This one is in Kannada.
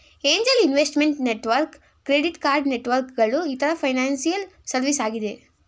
angel investment network, credit card networks ಗಳು ಇತರ ಫೈನಾನ್ಸಿಯಲ್ ಸರ್ವಿಸ್ ಆಗಿದೆ